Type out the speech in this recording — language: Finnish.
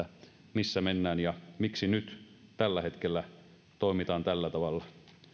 missä mennään ja miksi nyt tällä hetkellä toimitaan tällä tavalla